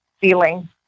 feeling